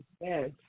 Yes